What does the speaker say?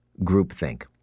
groupthink